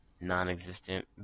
non-existent